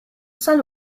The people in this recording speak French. saint